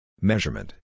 Measurement